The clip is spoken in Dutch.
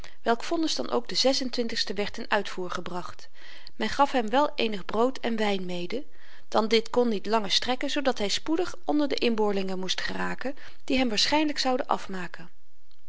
welk vonnis dan ook den sten werd ten uitvoer gebracht men gaf hem wel eenig brood en wyn mede dan dit kon niet lange strekken zoodat hy spoedig onder de inboorlingen moest geraken die hem waarschynlyk zouden afmaken